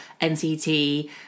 NCT